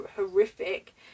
horrific